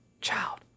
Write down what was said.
child